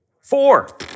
four